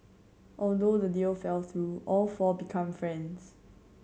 although the deal fell through all four become friends